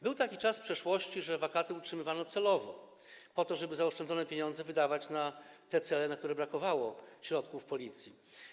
Był taki czas, że wakaty utrzymywano celowo po to, żeby zaoszczędzone pieniądze wydawać na cele, na które brakowało środków w Policji.